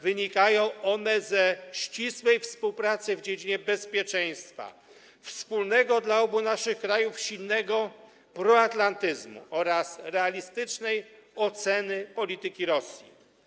Wynikają one ze ścisłej współpracy w dziedzinie bezpieczeństwa, wspólnego dla obu naszych krajów silnego proatlantyzmu oraz realistycznej oceny polityki Rosji.